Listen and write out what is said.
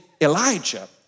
Elijah